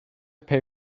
play